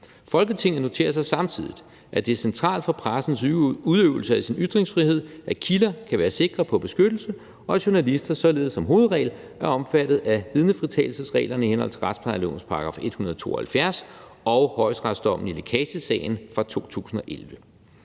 Folketinget noterer sig samtidig, at det er centralt for pressens udøvelse af sin ytringsfrihed, at kilder kan være sikre på beskyttelse, og at journalister således som hovedregel er omfattet af vidnefritagelsesreglerne i henhold til retsplejelovens § 172 og højesteretsdom i »lækagesagen« i 2011.